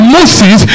Moses